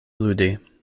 ludi